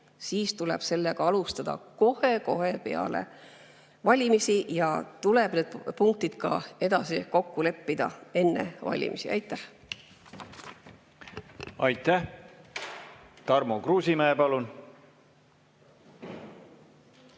siis tuleks sellega alustada kohe-kohe peale valimisi, ja tuleks need punktid kokku leppida ka enne valimisi. Aitäh! Aitäh! Tarmo Kruusimäe, palun!